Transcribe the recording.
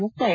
ಮುಕ್ತಾಯ